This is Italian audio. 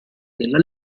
della